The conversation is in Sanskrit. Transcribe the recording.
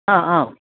हा हा